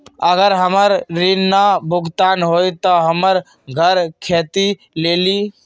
अगर हमर ऋण न भुगतान हुई त हमर घर खेती लेली?